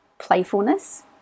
playfulness